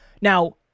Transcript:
Now